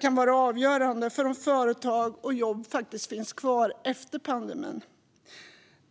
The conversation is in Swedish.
kan vara avgörande för om företag och jobb finns kvar efter pandemin.